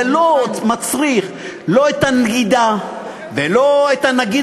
זה לא מצריך לא את הנגידה ולא את הנגיד